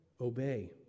obey